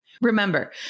Remember